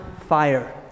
fire